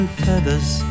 feathers